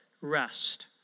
rest